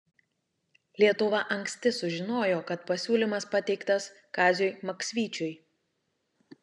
lietuva anksti sužinojo kad pasiūlymas pateiktas kaziui maksvyčiui